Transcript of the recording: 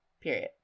Period